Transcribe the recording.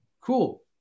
Cool